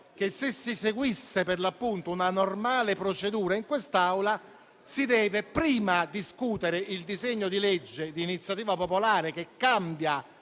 che, se si seguisse una normale procedura in quest'Aula, si dovrebbe prima discutere il disegno di legge di iniziativa popolare, che cambia,